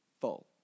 full